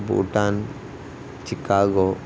Bhutan Chicago